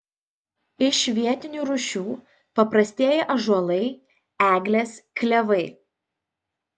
iš vietinių rūšių paprastieji ąžuolai eglės klevai